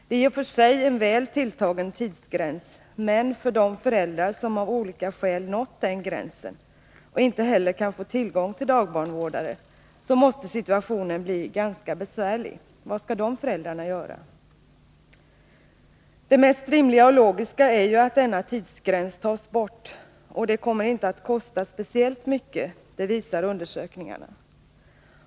Det är i och för sig en väl tilltagen tidsgräns, men för de föräldrar som av olika skäl nått den gränsen och inte heller kan få tillgång till dagbarnvårdare måste situationen bli ganska besvärlig. Vad skall dessa föräldrar göra? Det mest rimliga och logiska är ju att denna tidsgräns tas bort. Det kommer inte att kosta speciellt mycket. Det visar undersökningarna.